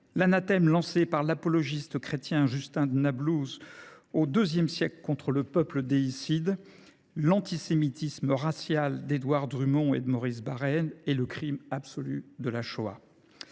l’anathème lancé par l’apologiste chrétien Justin de Naplouse au II siècle contre le « peuple déicide », l’antisémitisme racial d’Édouard Drumont et de Maurice Barrès, et le crime absolu de la Shoah.